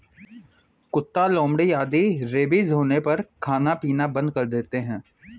कुत्ता, लोमड़ी आदि रेबीज होने पर खाना पीना बंद कर देते हैं